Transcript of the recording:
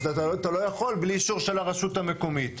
אז אתה לא יכול בלי אישור של הרשות המקומית.